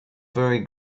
very